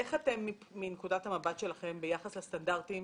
איך החברות מנקודת המבט שלכם ביחס לסטנדרטים